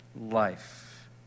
life